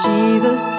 Jesus